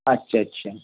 আচ্ছা আচ্ছা